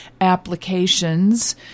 applications